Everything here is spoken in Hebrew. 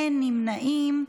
אין נמנעים.